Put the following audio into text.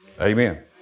Amen